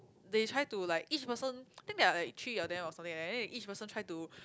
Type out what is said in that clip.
they try to like each person think there are like three of them or something like that and then each person try to